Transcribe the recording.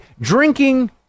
drinking